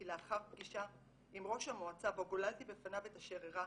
כי לאחר פגישה עם ראש המועצה בו גוללתי בפניו את אשר אירע,